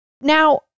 Now